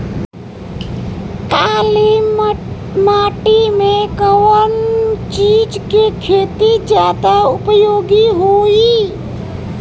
काली माटी में कवन चीज़ के खेती ज्यादा उपयोगी होयी?